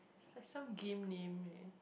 like some game name leh